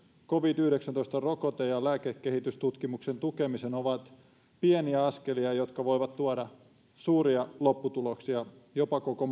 covid yhdeksäntoista rokote ja lääkekehitystutkimuksen tukemiseen ovat pieniä askelia jotka voivat tuoda suuria lopputuloksia jopa koko